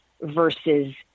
versus